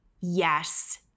yes